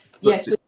yes